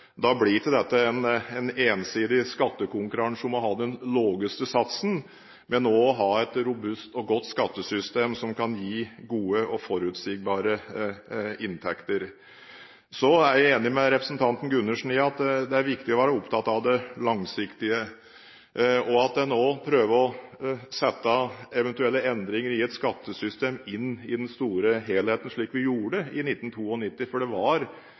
da blir ikke dette en ensidig skattekonkurranse om å ha den laveste satsen, men også å ha et robust og godt skattesystem som kan gi gode og forutsigbare inntekter. Så er jeg enig med representanten Gundersen i at det er viktig å være opptatt av det langsiktige, og at en prøver å sette eventuelle endringer i et skattesystem inn i den store helheten, slik vi gjorde i 1992. Det var